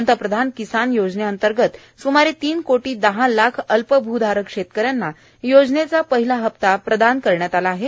पंतप्रधान किसान योजनेअंतंगत सूमारे तीन कोटी दहा लाख अल्प भूधारक शेतकऱ्यांना योजनेचा पहिला हफ्ता प्राप्त प्रदान करण्यात आहे